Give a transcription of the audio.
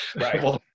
right